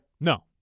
no